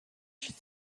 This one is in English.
should